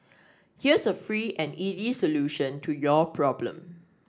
here's a free and easy solution to your problem